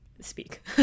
speak